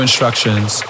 instructions